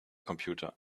computer